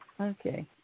Okay